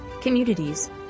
communities